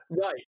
right